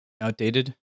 Outdated